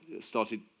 started